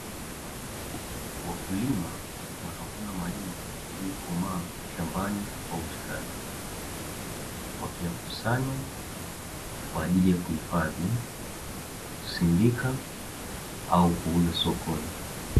Wakulima wanavuna mahindi yaliyokomaa shambani kwa ustadi, wakiyakusanya kwa ajili ya kuhufadhi, kusindika au kuuza sokoni